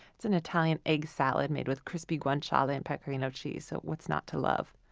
it's an italian egg salad made with crispy guanciale and pecorino cheese, so what's not to love?